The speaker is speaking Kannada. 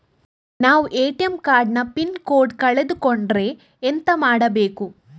ನಾವು ಎ.ಟಿ.ಎಂ ಕಾರ್ಡ್ ನ ಪಿನ್ ಕೋಡ್ ಕಳೆದು ಕೊಂಡ್ರೆ ಎಂತ ಮಾಡ್ಬೇಕು?